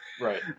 Right